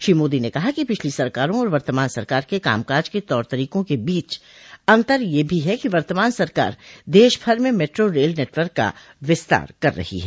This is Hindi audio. श्री मोदी ने कहा कि पिछली सरकारों और वर्तमान सरकार के कामकाज के तौर तरीकों के बीच अन्तर यह भी है कि वर्तमान सरकार देश भर में मैट्रो रेल नेटवर्क का विस्तार कर रही है